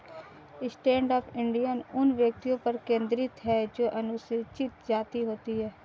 stand up India उन व्यक्तियों पर केंद्रित है जो अनुसूचित जाति होती है